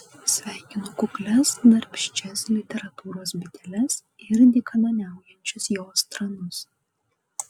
sveikinu kuklias darbščias literatūros biteles ir dykaduoniaujančius jos tranus